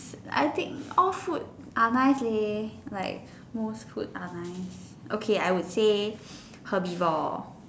I think all food are nice leh like most food are nice okay I would say herbivore